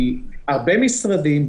הרבה משרדים,